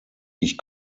ich